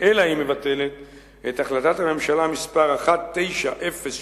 אלא היא מבטלת את החלטת הממשלה מס' 1906,